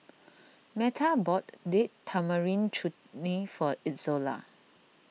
Meta bought Date Tamarind Chutney for Izola